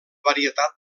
varietat